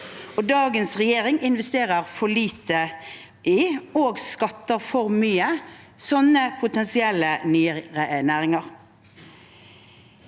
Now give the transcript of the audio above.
Dagens regjering investerer for lite i – og skattlegger for mye – slike potensielle nye næringer.